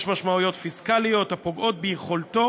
יש משמעויות פיסקליות הפוגעות ביכולתו